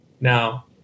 Now